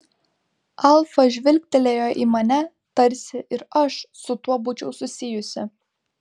alfa žvilgtelėjo į mane tarsi ir aš su tuo būčiau susijusi